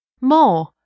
More